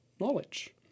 knowledge